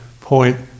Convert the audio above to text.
point